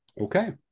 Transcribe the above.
Okay